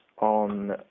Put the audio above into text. on